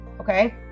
okay